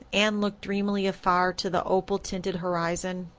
anne looked dreamily afar to the opal-tinted horizon.